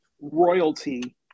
royalty